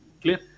Clear